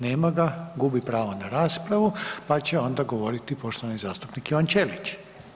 Nema ga, gubi pravo na raspravu pa će onda govoriti poštovani zastupnik Ivan Ćelić.